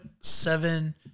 seven